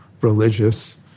religious